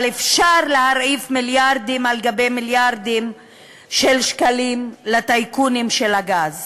אבל אפשר להרעיף מיליארדים על-גבי מיליארדים של שקלים לטייקונים של הגז